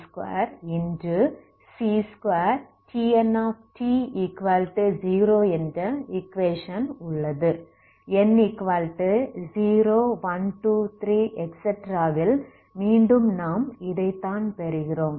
n0123 ல் மீண்டும் நாம் இதைத்தான் பெறுகிறோம்